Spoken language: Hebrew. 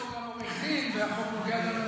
שר שהוא גם עורך דין, והחוק נוגע גם אליו.